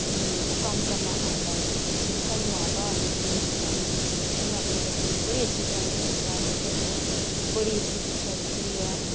ओह् कम्म करना आंदा ऐ जेह्ड़ी साढ़ी माता होर न जेह्ड़ी मेरी सस्स न उ'नें अपने बच्चें गी बड़ी अच्छी संस्कार दित्ते दे न बड़ी अच्छी शिक्षा दित्ती दी ऐ